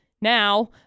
now